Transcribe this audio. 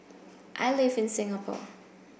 I live in Singapore